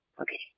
Okay